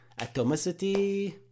atomicity